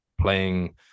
playing